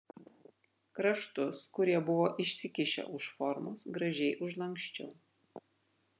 kraštus kurie buvo išsikišę už formos gražiai užlanksčiau